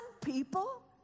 people